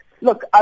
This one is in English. Look